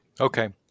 Okay